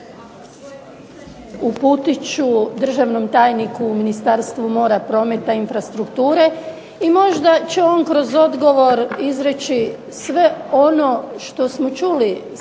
uputit ću državnom tajniku u Ministarstvu mora, prometa i infrastrukture i možda će on kroz odgovor izreći sve ono što smo čuli sa